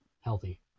healthy